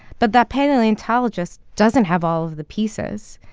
but that paleontologist doesn't have all of the pieces.